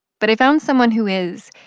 but i found someone who is.